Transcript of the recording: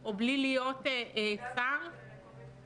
או בלי להיות שר או סגן שר